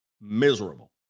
miserable